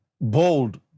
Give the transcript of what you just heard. bold